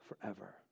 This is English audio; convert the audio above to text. forever